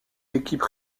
équipes